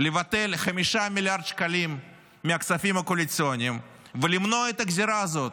לבטל 5 מיליארד שקלים מהכספים הקואליציוניים ולמנוע את הגזירה הזאת,